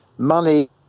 Money